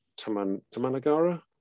Tamanagara